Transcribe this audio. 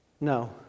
No